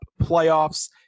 playoffs